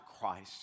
Christ